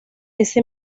ese